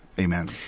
Amen